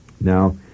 Now